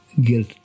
guilt